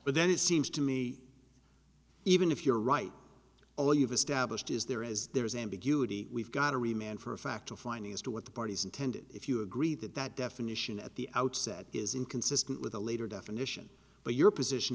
but then it seems to me even if you're right all you've established is there is there is ambiguity we've got to remain for a fact finding as to what the parties intended if you agree that that definition at the outset is inconsistent with a later definition but your position